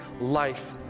life